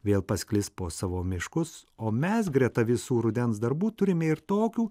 vėl pasklis po savo miškus o mes greta visų rudens darbų turime ir tokių